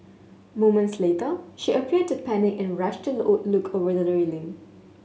moments later she appeared to panic and rushed to look over the railing